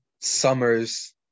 summers